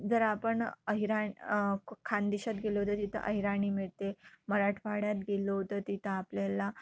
जर आपण अहिराण ख खानदेशात गेलो तर तिथं अहिराणी मिळते मराठवाड्यात गेलो तर तिथं आपल्याला